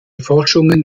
forschungen